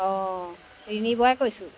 অ' ঋণী বৰাই কৈছোঁ